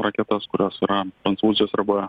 raketas kurios yra prancūzijos arba